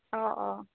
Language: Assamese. অঁ অঁ